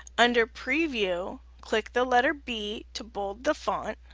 under preview click the letter b to bold the font,